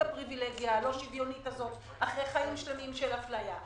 הפריבילגיה הלא שוויונית הזאת אחרי חיים שלמים של אפליה.